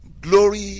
glory